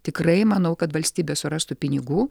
tikrai manau kad valstybė surastų pinigų